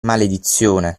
maledizione